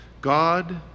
God